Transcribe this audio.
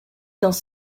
dans